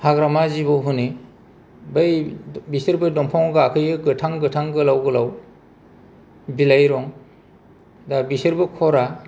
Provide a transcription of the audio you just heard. हाग्रामा जिबौ होनो बै बिसोरबो दंफांआव गाखोयो गोथां गोथां गोलाव गोलाव बिलाइ रं दा बिसोरबो खरा